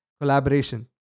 collaboration